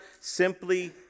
simply